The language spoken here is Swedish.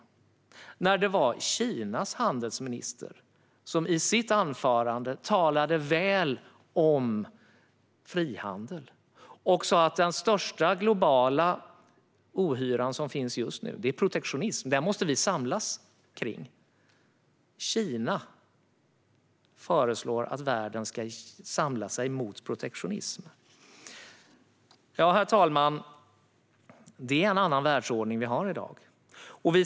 Det var nämligen Kinas handelsminister som i sitt anförande talade väl om frihandel. Han sa att den största globala ohyran som finns just nu är protektionism och att vi måste samla oss mot det. Kina föreslår att världen ska samla sig mot protektionism. Herr talman! Vi har verkligen en annan världsordning i dag.